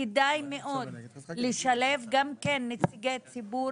כדאי מאוד לשלב גם כן נציגי ציבור